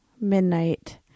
midnight